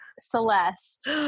Celeste